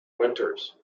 winters